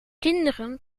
kinderen